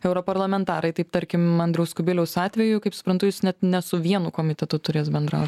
europarlamentarai taip tarkim andriaus kubiliaus atveju kaip suprantu jis net ne su vienu komitetu turės bendrau